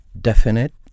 definite